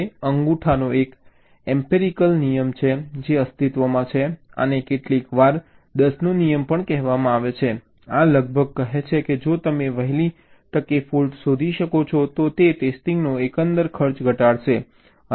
હવે અંગૂઠાનો એક એમ્પિરિકલ નિયમ છે જે અસ્તિત્વમાં છે આને કેટલીકવાર 10 નો નિયમ પણ કહેવામાં આવે છે આ લગભગ કહે છે કે જો તમે વહેલી તકે ફૉલ્ટ શોધી શકો છો તો તે ટેસ્ટિંગનો એકંદર ખર્ચ ઘટાડશે